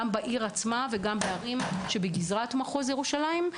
גם בעיר עצמה וגם בערים שבגזרת מחוז ירושלים.